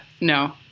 No